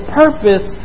purpose